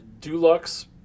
Dulux